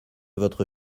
votre